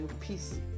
peace